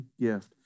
gift